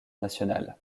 national